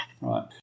Right